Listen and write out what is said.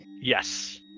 Yes